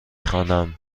خوانم